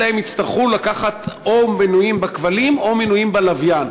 אלא הם יצטרכו להיות או מנויים בכבלים או מנויים בלוויין.